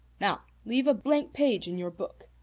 now leave a blank page in your book.